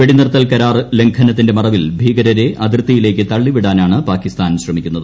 വെടിനിർത്തൽ കരാർ ലംഘനത്തിന്റെ മറവിൽ ഭീകരരെ അതിർത്തിയിലേക്ക് തള്ളിവിടാനാണ് പാകിസ്ഥാൻ ശ്രമിക്കുന്നത്